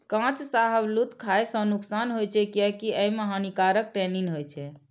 कांच शाहबलूत खाय सं नुकसान होइ छै, कियैकि अय मे हानिकारक टैनिन होइ छै